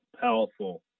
powerful